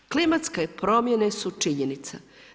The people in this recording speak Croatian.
Klimatske promjene su činjenica.